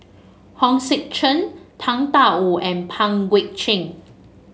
Hong Sek Chern Tang Da Wu and Pang Guek Cheng